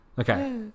Okay